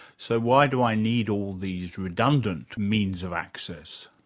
so why do i need all these redundant means of access?